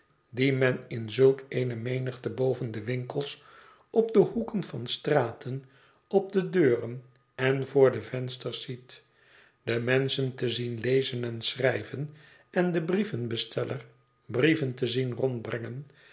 die men in zulk eene menigte boven de winkels op de hoeken van straten op de deuren en voor de vensters ziet de menschen te zien lezen en schrijven en den brievenbesteller brieven te zien